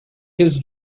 his